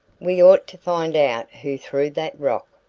we ought to find out who threw that rock,